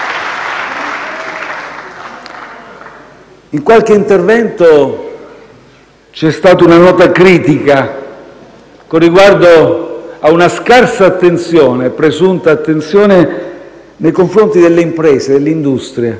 In qualche intervento c'è stata una nota critica con riguardo ad una presunta scarsa attenzione nei confronti delle imprese e dell'industria.